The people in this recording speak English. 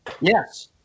Yes